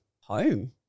home